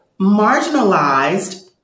marginalized